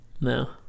No